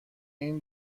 این